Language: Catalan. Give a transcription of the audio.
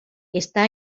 està